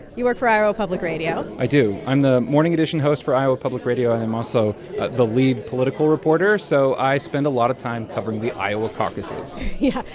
you work for iowa public radio i do. i'm the morning edition host for iowa public radio. i am also the lead political reporter. so i spend a lot of time covering the iowa caucuses yeah.